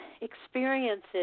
experiences